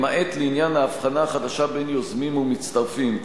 למעט לעניין ההבחנה החדשה בין יוזמים ומצטרפים,